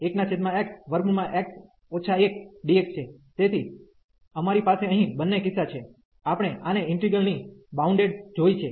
તેથી અમારી પાસે અહીં બંને કિસ્સા છે આપણે આ અનંતતા ને ઈન્ટિગ્રલ ની બાઉન્ડેડ જોયે છે